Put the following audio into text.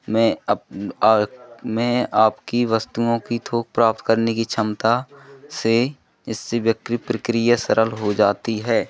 में अप में आपकी वस्तुओं की थोक प्राप्त करने की क्षमता से इससे विक्रय प्रक्रिया सरल हो जाती है